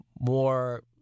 more